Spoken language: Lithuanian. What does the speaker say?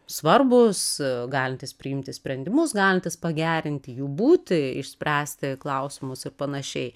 svarbūs galintys priimti sprendimus galintys pagerinti jų būtį išspręsti klausimus ir panašiai